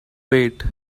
wait